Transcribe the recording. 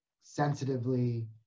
sensitively